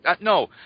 no